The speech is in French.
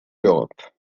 l’europe